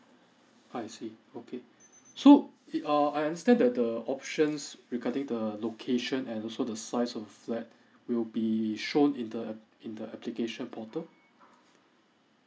I see okay so it err I understand the the options regarding the location and also the size of flat will be shown in the in the application portal